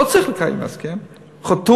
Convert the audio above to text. לא צריך לקיים הסכם חתום,